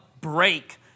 break